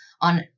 on